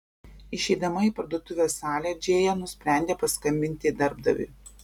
išeidama į parduotuvės salę džėja nusprendė paskambinti darbdaviui